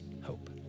hope